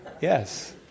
Yes